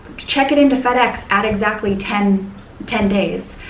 check it into fedex at exactly ten ten days.